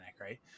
right